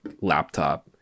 laptop